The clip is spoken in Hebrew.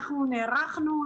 אנחנו נערכנו,